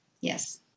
Yes